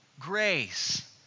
grace